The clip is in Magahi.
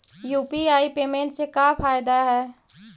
यु.पी.आई पेमेंट से का फायदा है?